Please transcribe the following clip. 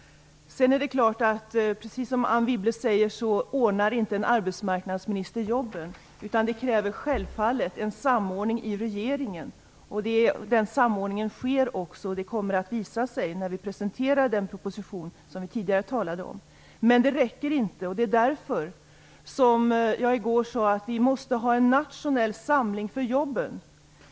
Sedan är det klart att en arbetsmarknadsminister, precis som Anne Wibble säger, inte ordnar jobben. Det kräver självfallet en samordning i regeringen. Den samordningen sker också, och det kommer att visa sig när vi presenterar den proposition som vi tidigare talade om. Men det räcker inte. Det är därför jag i går sade att vi måste ha en nationell samling för jobben.